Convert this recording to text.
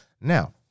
now